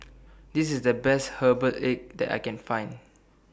This IS The Best Herbal Egg that I Can Find